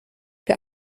für